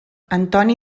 antoni